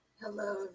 Hello